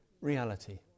reality